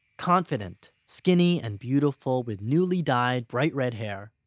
confident, skinny and beautiful with newly-dyed bright red hair.